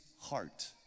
heart